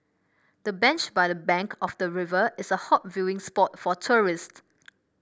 the bench by the bank of the river is a hot viewing spot for tourists